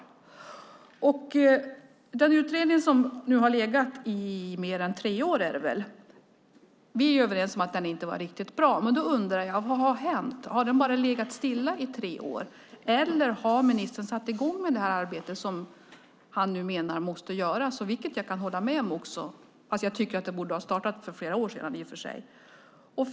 Vi är överens om att den utredning som nu har legat i mer än tre år inte var riktigt bra. Men jag undrar: Vad har hänt? Har den bara legat stilla i tre år? Eller har ministern satt i gång med det arbete som han nu menar måste göras? Det kan jag hålla med om, trots att jag i och för sig tycker att det borde ha startat för flera år sedan.